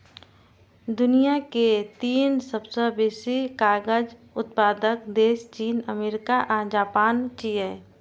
दुनिया के तीन सबसं बेसी कागज उत्पादक देश चीन, अमेरिका आ जापान छियै